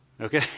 Okay